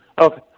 Okay